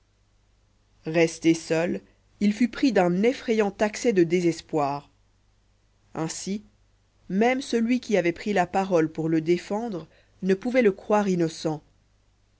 resté seul il fut pris d'un effrayant accès de désespoir ainsi même celui qui avait pris la parole pour le défendre ne pouvait le croire innocent